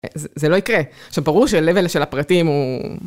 זה לא יקרה. עכשיו, ברור שהלוול של ההפרטים הוא...